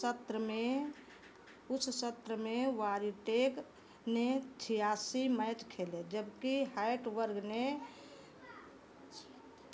सत्र में उस सत्र में वारिटेक ने छियासी मैच खेले जबकि हैटवर्ग ने